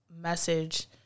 message